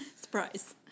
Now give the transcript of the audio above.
Surprise